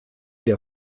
der